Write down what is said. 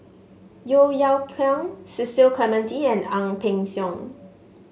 Yeo Yeow Kwang Cecil Clementi and Ang Peng Siong